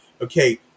okay